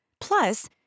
Plus